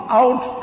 out